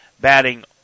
batting